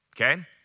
okay